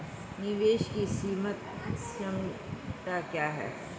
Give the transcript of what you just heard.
निवेश की सीमांत क्षमता क्या है?